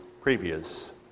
previous